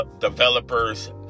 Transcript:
developers